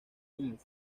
inc